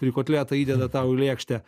kuri kotletą įdeda tau į lėkštę